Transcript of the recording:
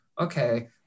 Okay